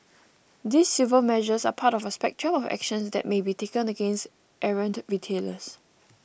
these civil measures are part of a spectrum of actions that may be taken against errant retailers